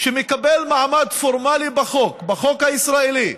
שמקבל מעמד פורמלי בחוק הישראלי,